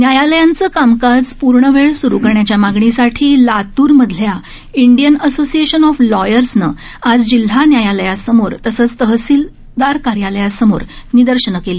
न्यायालयांचे कामकाज पूर्णवेळ सुरु करण्याच्या मागणीसाठी लातूर मधल्या इंडियन असोसिएशन ऑफ लॉयर्सनं आज जिल्हा न्यायालयासमोर तसंच तहसील कार्यालया समोर निदर्शनं केली